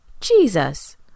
Jesus